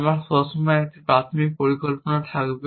আমরা সবসময় একটি প্রাথমিক পরিকল্পনা থাকবে